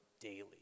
daily